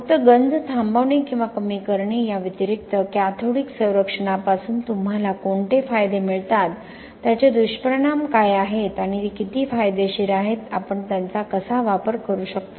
फक्त गंज थांबवणे किंवा कमी करणे या व्यतिरिक्त कॅथोडिक संरक्षणापासून तुम्हाला कोणते फायदे मिळतात त्याचे दुष्परिणाम काय आहेत आणि ते किती फायदेशीर आहेत आपण त्यांचा कसा वापर करू शकतो